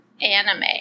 anime